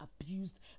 abused